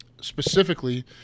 specifically